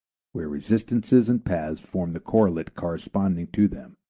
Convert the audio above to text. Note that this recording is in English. where resistances and paths form the correlate corresponding to them.